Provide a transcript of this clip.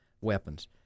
weapons